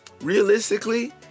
realistically